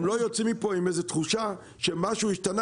הם לא יוצאים מפה עם איזו תחושה שמשהו השתנה